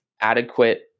adequate